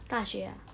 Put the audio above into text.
大学 ah